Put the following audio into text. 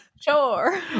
Sure